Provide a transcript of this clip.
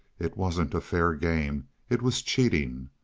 it wasn't a fair game it was cheating.